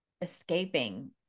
escaping